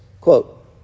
quote